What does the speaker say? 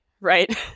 Right